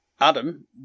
Adam